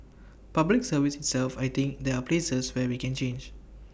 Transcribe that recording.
Public Service itself I think there are places where we can change